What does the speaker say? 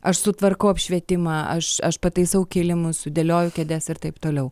aš sutvarkau apšvietimą aš aš pataisau kilimus sudėlioju kėdes ir taip toliau